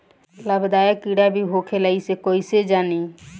लाभदायक कीड़ा भी होखेला इसे कईसे जानी?